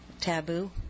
taboo